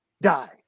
die